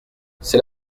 c’est